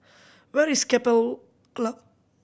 where is Keppel Club